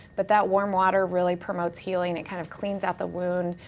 but that warm water really promotes healing, it kind of cleans out the wound,